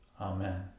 Amen